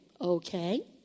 Okay